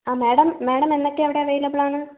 ആ madam madam എന്നൊക്കെ അവിടെ അവൈലബിളാണ്